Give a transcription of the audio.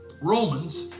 Romans